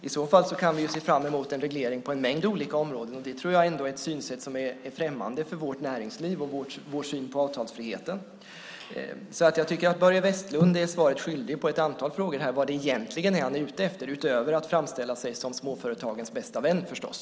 I så fall kan vi se fram emot en reglering på en mängd olika områden, och det tror jag ändå är ett synsätt som är främmande för vårt näringsliv och för vår syn på avtalsfriheten. Jag tycker därför att Börje Vestlund är svaret skyldig på ett antal frågor här vad han egentligen är ute efter, utöver att framställa sig som småföretagens bästa vän förstås.